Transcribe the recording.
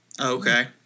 okay